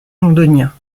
londoniens